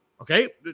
Okay